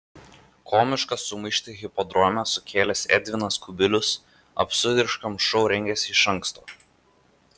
komišką sumaištį hipodrome sukėlęs edvinas kubilius absurdiškam šou rengėsi iš anksto